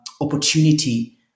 opportunity